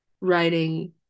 writing